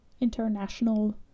international